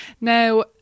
Now